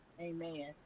Amen